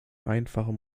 einfacher